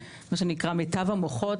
מה שנקרא מיטב המוחות,